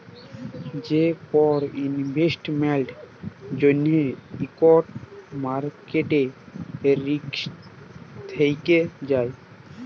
যে কল ইলভেস্টমেল্টের জ্যনহে ইকট মার্কেট রিস্ক থ্যাকে যায়